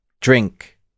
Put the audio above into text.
drink